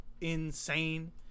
insane